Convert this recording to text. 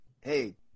hey